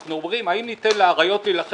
אנחנו אומרים: האם ניתן לאריות להילחם